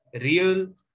real